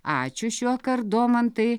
ačiū šiuokart domantai